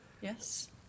Yes